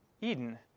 Eden